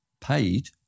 paid